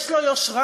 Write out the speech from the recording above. יש לו יושרה,